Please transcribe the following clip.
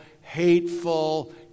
hateful